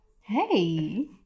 hey